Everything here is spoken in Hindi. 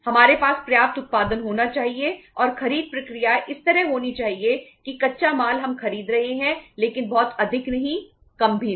हमारे पास पर्याप्त उत्पादन होना चाहिए और खरीद प्रक्रिया इस तरह होनी चाहिए कि कच्चा माल हम खरीद रहे हैं लेकिन बहुत अधिक नहीं कम भी नहीं